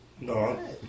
No